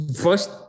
first